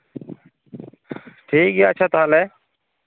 ᱴᱷᱤᱠ ᱜᱮᱭᱟ ᱟᱪᱪᱷᱟ ᱛᱟᱦᱞᱮ